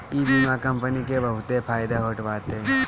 इ बीमा कंपनी के बहुते फायदा होत बाटे